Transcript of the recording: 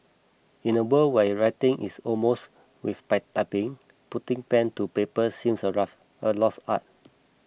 in a world where writing is almost with typing putting pen to paper seems a rough a lost art